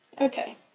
Okay